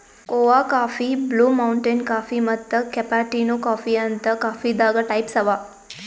ಕೋಆ coffee, blue mountain coffee ಮತ್ತ್ cappuccino coffee ಅಂತ್ ಕಾಫೀದಾಗ್ ಟೈಪ್ಸ್ ಅವಾ